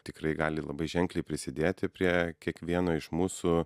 tikrai gali labai ženkliai prisidėti prie kiekvieno iš mūsų